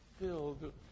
filled